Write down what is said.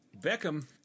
Beckham